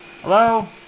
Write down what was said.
Hello